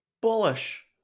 bullish